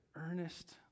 earnest